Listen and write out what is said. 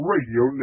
Radio